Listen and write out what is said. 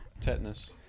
tetanus